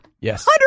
Yes